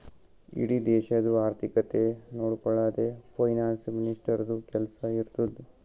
ಇಡೀ ದೇಶದು ಆರ್ಥಿಕತೆ ನೊಡ್ಕೊಳದೆ ಫೈನಾನ್ಸ್ ಮಿನಿಸ್ಟರ್ದು ಕೆಲ್ಸಾ ಇರ್ತುದ್